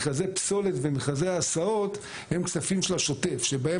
מכרזי הפסולת ומכרזי הסעות הם כספים של השוטף שבהם